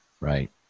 Right